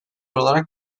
olarak